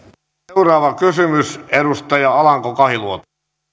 seuraava kysymys edustaja alanko kahiluoto